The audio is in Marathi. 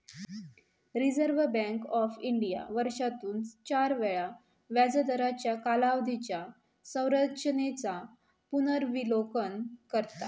रिझर्व्ह बँक ऑफ इंडिया वर्षातून चार वेळा व्याजदरांच्या कालावधीच्या संरचेनेचा पुनर्विलोकन करता